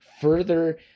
further